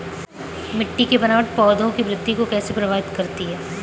मिट्टी की बनावट पौधों की वृद्धि को कैसे प्रभावित करती है?